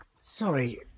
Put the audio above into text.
Sorry